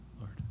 Lord